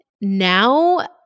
Now